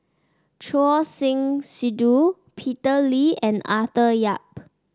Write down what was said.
Choor Singh Sidhu Peter Lee and Arthur Yap